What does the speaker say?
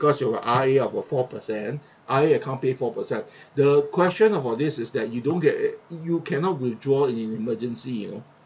because you I about four per cent I account pay for per cent the question about this is that you don't get it you cannot withdraw in emergency you